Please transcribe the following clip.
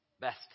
best